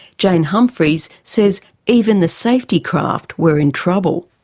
jane humphries says even the safety craft were in trouble.